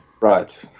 Right